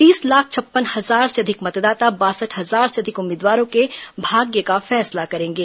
तीस लाख छप्पन हजार से अधिक मतदाता बासठ हजार से अधिक उम्मीदवारों के भाग्य का फैसला करेंगे